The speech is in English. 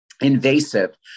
invasive